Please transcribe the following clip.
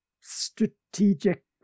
Strategic